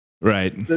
Right